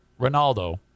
Ronaldo